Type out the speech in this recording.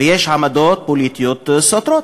ויש עמדות פוליטיות סותרות,